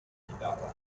chitarra